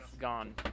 gone